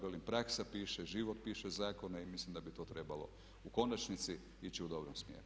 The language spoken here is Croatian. Velim praksa piše, život piše zakone i mislim da bi to trebalo u konačnici ići u dobrom smjeru.